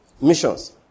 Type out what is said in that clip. Missions